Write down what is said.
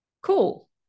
cool